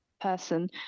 person